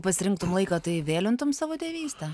pasirinktum laiką tai vėlintumėm savo tėvystę